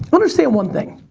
understand one thing.